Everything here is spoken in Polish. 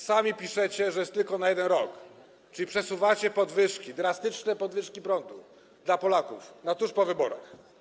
Sami piszecie, że jest tylko na 1 rok, czyli przesuwacie podwyżki, drastyczne podwyżki prądu dla Polaków na czas tuż po wyborach.